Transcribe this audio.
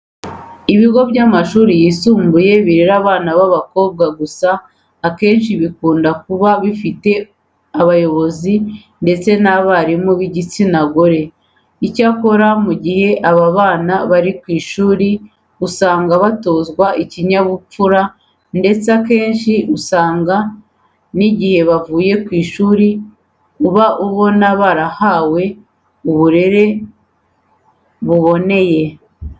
Ibigo by'amashuri yisumbuye birera abana b'abakobwa gusa akenshi bikunda kuba bifite abayobozi ndetse n'abarimu b'igitsina gore. Icyakora mu gihe aba bana bari ku ishuri usanga batozwe kugira ikinyabupfura ndetse akenshi usanga n'igihe bavuye ku ishuri uba ubona ko bahawe uburere buboneye.